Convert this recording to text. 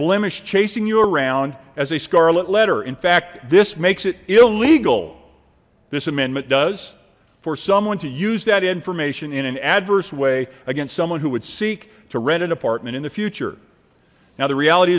blemish chasing you around as a scarlet letter in fact this makes it illegal this amendment does for someone to use that information in an adverse way against someone who would seek to rent an apartment in the future now the reality